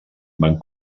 van